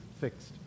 fixed